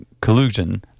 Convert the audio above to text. Collusion